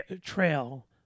trail